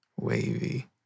wavy